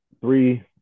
three